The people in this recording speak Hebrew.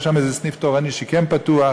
יש שם איזה סניף תורן שכן פתוח,